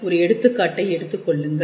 ஒரு எடுத்துக்காட்டை எடுத்துக்கொள்ளுங்கள்